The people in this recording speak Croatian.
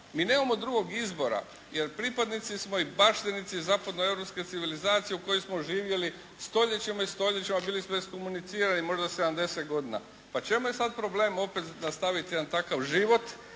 mi nemamo drugog izbora jer pripadnici smo i baštinici zapadno-europske civilizacije u kojoj smo živjeli stoljećima i stoljećima, bili smo …/Govornik se ne razumije./… možda sedamdeset godina. Pa u čemu je sada problem opet nastaviti jedan takav život